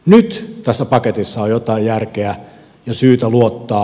nyt tässä paketissa on jotain järkeä ja syytä luottaa